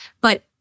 But-